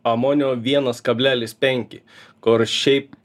amonio vienas kablelis penki kur šiaip